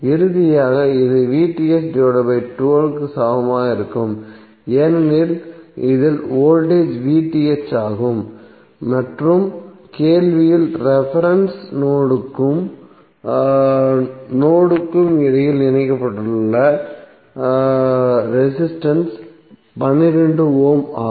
இறுதியாக இது 12 சமமாக இருக்கும் ஏனெனில் இதில் வோல்டேஜ் ஆகும் மற்றும் கேள்வியில் ரெபெரென்ஸ் நோட்க்கும் நோட்க்கும் இடையில் இணைக்கப்பட்ட ரெசிஸ்டன்ஸ் 12 ஓம் ஆகும்